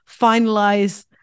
finalize